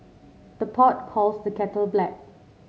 the pot calls the kettle black